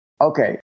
okay